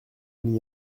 n’y